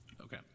Okay